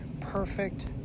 perfect